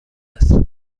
است